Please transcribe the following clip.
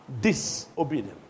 disobedience